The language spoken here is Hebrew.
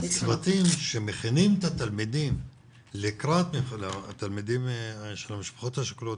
שהצוותים שמכינים את התלמידים של המשפחות השכולות